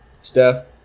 Steph